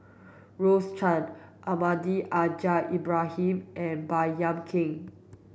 Rose Chan Almahdi Al Haj Ibrahim and Baey Yam Keng